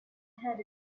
had